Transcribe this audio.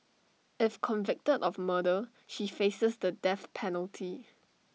if convicted of murder she faces the death penalty